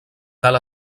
cal